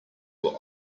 were